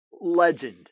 Legend